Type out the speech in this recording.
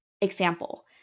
example